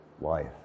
life